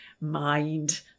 mind